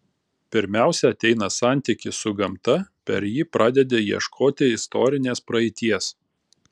pirmiausia ateina santykis su gamta per jį pradedi ieškoti istorinės praeities